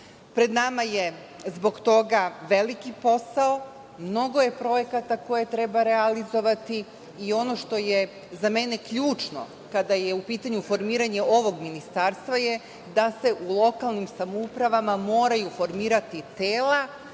Pred nama je zbog toga veliki posao, mnogo je projekata koje treba realizovati i ono što je za mene ključno, kada je u pitanju formiranje ovog ministarstva, je da se u lokalnim samoupravama moraju formirati tela